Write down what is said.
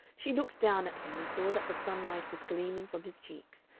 she looked down at him and saw that the sunlight was gleaming from his cheeks,